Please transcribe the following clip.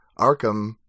Arkham